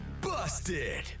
busted